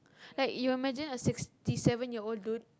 like you image a sixty seven year old dude